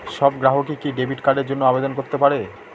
সব গ্রাহকই কি ডেবিট কার্ডের জন্য আবেদন করতে পারে?